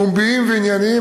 פומביים וענייניים,